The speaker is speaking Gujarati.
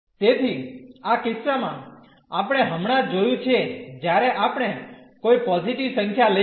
તેથી આ કિસ્સામાં આપણે હમણાં જ જોયું છે જ્યારે આપણે કોઈ પોઝીટીવ સંખ્યા લઈએ